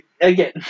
again